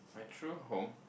my true home